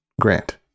grant